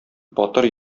батыр